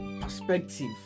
perspective